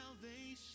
salvation